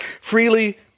Freely